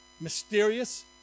mysterious